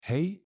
Hey